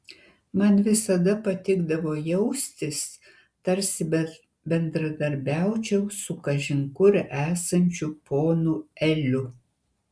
man visada patikdavo jaustis tarsi bendradarbiaučiau su kažin kur esančiu ponu eliu